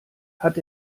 hat